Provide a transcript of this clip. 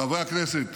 חברי הכנסת